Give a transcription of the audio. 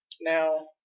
Now